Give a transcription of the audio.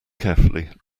carefully